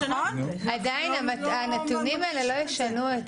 אבל עדיין הנתונים האלה לא ישנו את